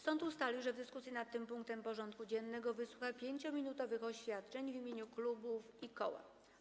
Sąd ustalił, że w dyskusji nad tym punktem porządku dziennego wysłucha 5-minutowych oświadczeń w imieniu klubów i koła.